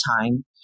time